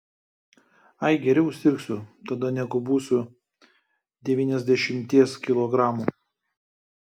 ai geriau sirgsiu tada negu busiu devyniasdešimties kilogramų